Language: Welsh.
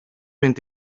mynd